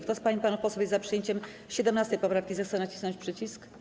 Kto z pań i panów posłów jest za przyjęciem 17. poprawki, zechce nacisnąć przycisk.